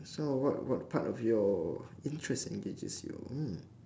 so what what part of your interest engages you hmm